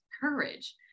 courage